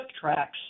tracks